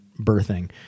birthing